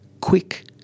quick